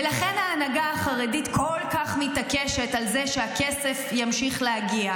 ולכן ההנהגה החרדית כל כך מתעקשת על זה שהכסף ימשיך להגיע.